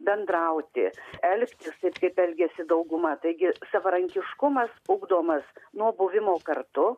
bendrauti elgtis taip kaip elgiasi dauguma taigi savarankiškumas ugdomas nuo buvimo kartu